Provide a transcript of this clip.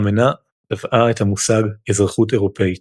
האמנה טבעה את המושג "אזרחות אירופית"